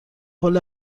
حال